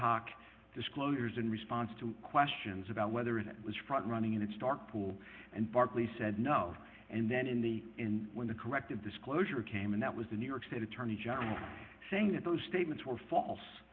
hoc disclosures in response to questions about whether it was front running in its dark pool and barclay said no and then in the end when the corrective disclosure came in that was the new york state attorney general saying that those statements or false